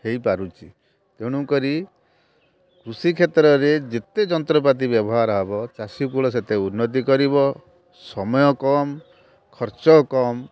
ହୋଇପାରୁଛି ତେଣୁକରି କୃଷିକ୍ଷେତ୍ରରେ ଯେତେ ଯନ୍ତ୍ରପାତି ବ୍ୟବହାର ହେବ ଚାଷୀକୂଳ ସେତେ ଉନ୍ନତି କରିବ ସମୟ କମ୍ ଖର୍ଚ୍ଚ କମ୍